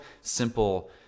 simple